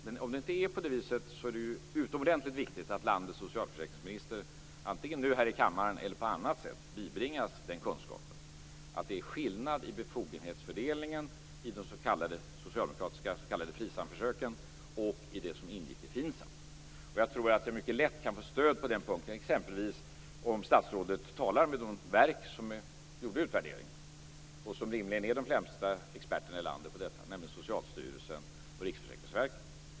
Men om det inte är på det viset är det ju utomordentligt viktigt att landets socialförsäkringsminister antingen nu här i kammaren eller på annat sätt bibringas den kunskapen, dvs. att det är skillnad i befogenhetsfördelningen i de socialdemokratiska s.k. FRISAM försöken och i det som ingick i FINSAM. Och jag tror att jag mycket lätt kan få stöd på den punkten exempelvis om statsrådet talar med de verk som gjorde utvärderingen och som rimligen är de främsta experterna i landet på detta, nämligen Socialstyrelsen och Riksförsäkringsverket.